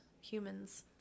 humans